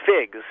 figs